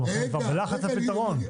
אנחנו כבר בלחץ לפתרון.